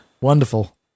Wonderful